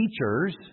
Teachers